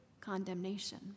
condemnation